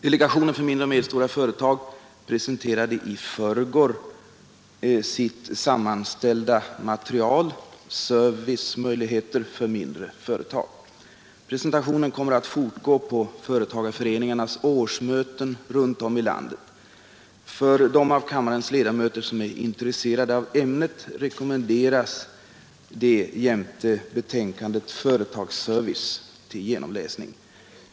Delegationen för mindre och medelstora företag presenterade i förrgår sitt sammanställda material om industriell service i skriften Servicemöjligheter för mindre företag. Presentationen kommer att fortgå på företagarföreningarnas årsmöten runt om i landet. För dem av kammarens ledamöter som är intresserade av ämnet rekommenderas det nämnda materialet jämte betänkandet Företagsservice till genomläsning.